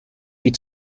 die